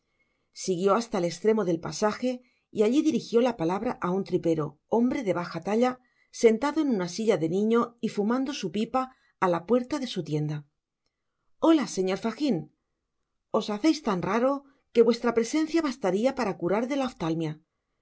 siguió hasta el estremo del pasage y alli dirijió la palabra á un tripero hombre de baja talle sentado en una silla de niño y fumando su pipa á la puerta de su tienda ola señor fagin os haceis tan raro que vuestra presencia bastaria para curar de la